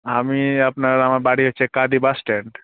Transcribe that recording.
আমি আপনার আমার বাড়ি হচ্ছে কাঁদি বাসস্ট্যান্ড